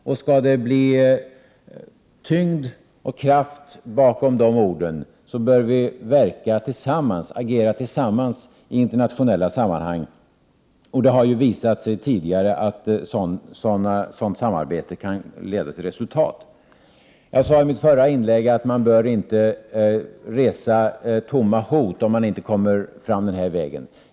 Om det skall bli tyngd och kraft bakom de orden, bör vi agera tillsammans i internationella sammanhang. Det har också visat 127 sig tidigare att sådant samarbete kan leda till resultat. Jag sade i mitt förra inlägg att man inte bör resa tomma hot, om man inte kommer fram denna väg.